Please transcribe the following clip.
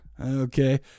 okay